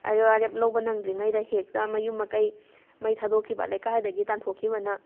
ꯋꯥꯔꯦꯞ ꯂꯧꯕ ꯅꯪꯗ꯭ꯔꯤꯉꯩꯗ ꯍꯦꯛꯇ ꯃꯌꯨꯝ ꯃꯀꯩ ꯃꯩ ꯊꯥꯗꯣꯛꯈꯤꯕ ꯂꯩꯀꯥꯏꯗꯒꯤ ꯇꯥꯟꯊꯣꯛꯈꯤꯕꯅ